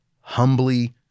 humbly